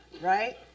right